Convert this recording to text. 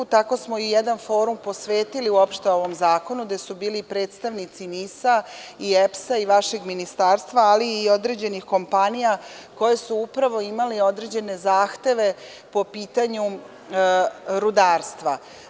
Tako smo i jedan forum posvetili uopšte ovom zakonu, gde su bili predstavnici NIS-a i EPS-a i vašeg ministarstva, ali i određenih kompanija koje su upravo imale određene zahteve po pitanju rudarstva.